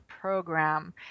program